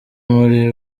muri